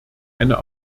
eine